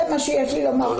זה מה שיש לי לומר,